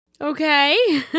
Okay